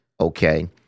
Okay